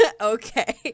Okay